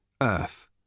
Earth